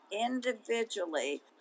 individually